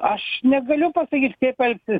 aš negaliu pasakyt kaip elgsis